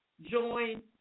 join